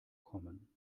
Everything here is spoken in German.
kommen